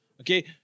okay